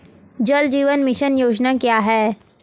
जल जीवन मिशन योजना क्या है?